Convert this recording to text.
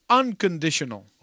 unconditional